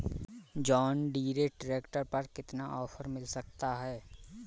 John Deere tractor पर कितना offer मिल सकता है?